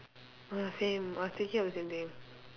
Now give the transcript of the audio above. ah same I was thinking of the same thing